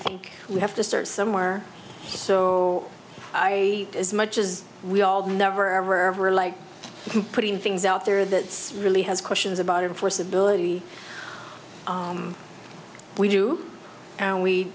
think we have to start somewhere so i as much as we all never ever ever like putting things out there that really has questions about enforceability we do